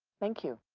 thank you.